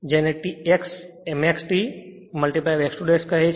જેને x max T x 2 કહે છે